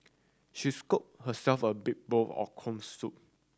she scooped herself a big bowl of corn soup